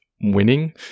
winning